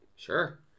Sure